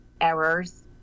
errors